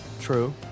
True